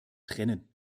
trennen